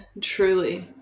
truly